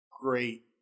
great